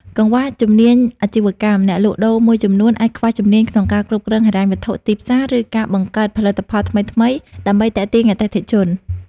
កង្វះជំនាញអាជីវកម្ម អ្នកលក់ដូរមួយចំនួនអាចខ្វះជំនាញក្នុងការគ្រប់គ្រងហិរញ្ញវត្ថុ ទីផ្សារ ឬការបង្កើតផលិតផលថ្មីៗដើម្បីទាក់ទាញអតិថិជន ។